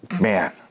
man